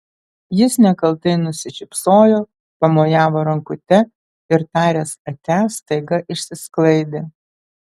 jis nekaltai nusišypsojo pamojavo rankute ir taręs atia staiga išsisklaidė